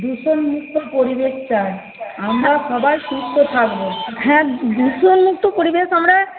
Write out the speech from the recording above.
দূষণ মুুক্ত পরিবেশ চাই আমরা সবাই সুস্থ থাকবো হ্যাঁ দূষণ মুক্ত পরিবেশ আমরা